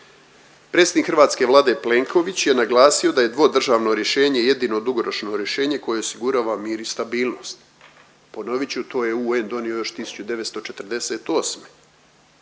Predsjednik hrvatske Vlade Plenković je naglasio da je dvodržavno rješenje jedino dugoročno rješenje koje osigurava mir i stabilnost. Ponovit ću to je UN donio još 1948.